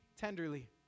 tenderly